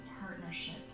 partnership